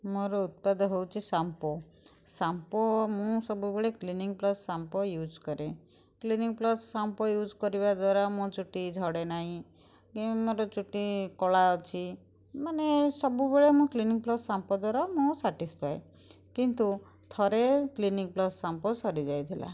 ମୋର ଉତ୍ପାଦ ହଉଚି ସାମ୍ଫୋ ସାମ୍ଫୋ ମୁଁ ସବୁବେଳେ କ୍ଲିନିକ୍ ପ୍ଲସ୍ ସାମ୍ଫୋ ୟୁଜ୍ କରେ କ୍ଲିନିକ୍ ପ୍ଲସ୍ ସାମ୍ଫୋ ୟୁଜ୍ କରିବା ଦ୍ୱାରା ମୋ ଚୁଟି ଝଡ଼େ ନାହିଁ କି ମୋର ଚୁଟି କଳା ଅଛି ମାନେ ସବୁବେଳେ ମୁଁ କ୍ଲିନିକ୍ ପ୍ଲସ୍ ସାମ୍ଫୋ ଦ୍ୱାରା ମୁଁ ସାଟିସ୍ଫାଏ କିନ୍ତୁ ଥରେ କ୍ଲିନିକ୍ ପ୍ଲସ୍ ସାମ୍ଫୋ ସରିଯାଇଥିଲା